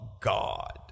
God